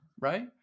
right